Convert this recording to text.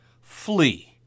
Flee